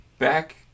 Back